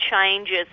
changes